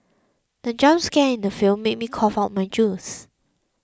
the jump scare in the film made me cough out my juice